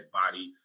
body